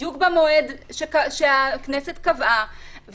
בדיוק במועד שהכנסת קבעה,